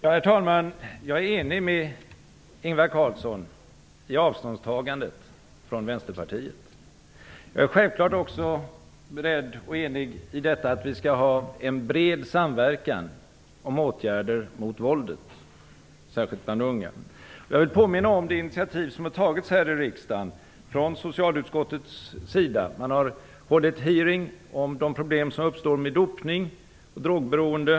Herr talman! Jag är enig med Ingvar Carlsson i avståndstagandet från Vänsterpartiet. Jag är självklart också enig om att vi skall ha en bred samverkan om åtgärder mot våldet, särskilt bland unga. Jag vill påminna om det initiativ som har tagits här i riksdagen från socialutskottet. Det har hållits en utfrågning om de problem som uppstår med dopning och drogberoende.